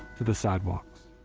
to the sidewalks.